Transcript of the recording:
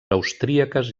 austríaques